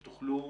אם תוכלו